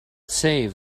save